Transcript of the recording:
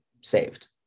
saved